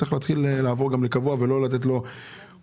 צריך להתחיל לעבור לקבוע ולא לתת לעובד